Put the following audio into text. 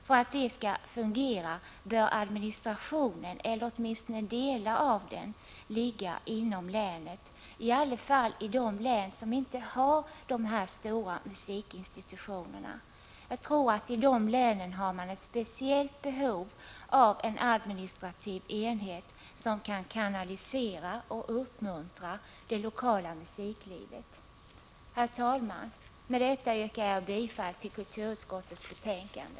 För att det skall fungera bör administrationen, eller åtminstone delar av den, ligga inom länet — i varje fall i de län som inte har de här stora musikinstitutionerna. Jag tror att man i de länen har ett speciellt behov av en administrativ enhet, som kan kanalisera och uppmuntra det lokala musiklivet. Herr talman! Med detta yrkar jag bifall till hemställan i kulturutskottets betänkande.